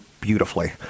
beautifully